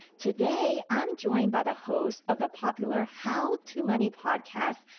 today i'm joined by the host of the popular how to money podcast.